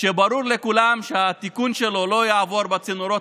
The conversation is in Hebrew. שברור לכולם שהתיקון שלו לא יעבור בצינורות